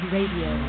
Radio